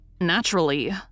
Naturally